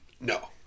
No